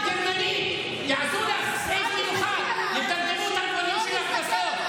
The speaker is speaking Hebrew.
בעלה נרצח בפיגוע,